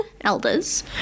Elders